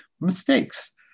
mistakes